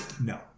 no